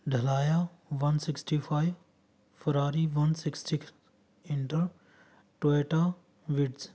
ਡਲਾਇਆ one sixty five Ferrari one sixty ਕਸ inter Toyota ਵਿਡਸ